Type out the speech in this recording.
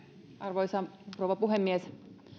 arvoisa rouva puhemies